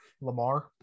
Lamar